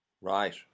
Right